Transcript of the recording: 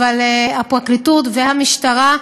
אבל הפרקליטות והמשטרה,